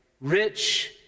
rich